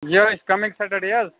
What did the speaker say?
یہِ حظ coming Saturday حظ